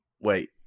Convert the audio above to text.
Wait